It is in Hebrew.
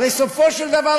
הרי סופו של דבר,